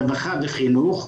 רווחה וחינוך,